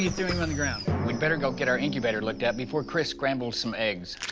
you threw him on the ground. we'd better go get our incubator looked at before chris scrambles some eggs.